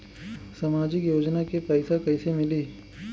सामाजिक योजना के पैसा कइसे मिली?